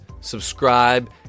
subscribe